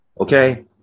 okay